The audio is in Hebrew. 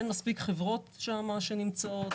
אין מספיק חברות שנמצאות שם,